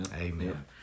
Amen